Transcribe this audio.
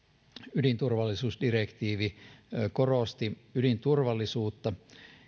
ydinturvallisuusdirektiivi korosti ydinturvallisuutta